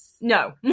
no